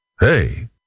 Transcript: hey